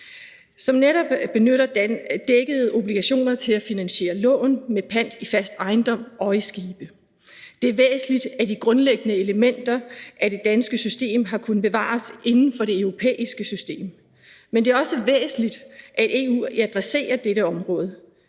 som netop benytter dækkede obligationer til at finansiere lån med pant i fast ejendom og i skibe. Det er væsentligt, at de grundlæggende elementer af det danske system har kunnet bevares inden for det europæiske system. Men det er også væsentligt, at EU adresserer dette område.